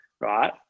right